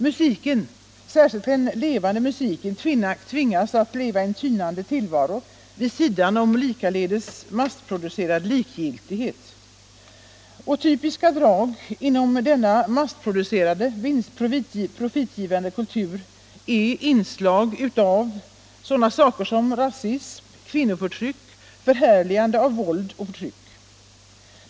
Musiken, den levande musiken, tvingas föra en tynande tillvaro vid sidan om likaledes massproducerad likgiltighet. Typiska drag i denna massproducerade, profitgivande kultur är inslag av rasism, kvinnoförakt, förhärligande av våld och förtryck.